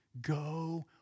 Go